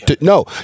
no